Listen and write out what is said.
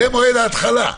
זה מועד ההתחלה.